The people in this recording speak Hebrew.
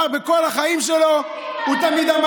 למה כשהיא הייתה שרת משפטים דרשתם להוציא את זה ממנה,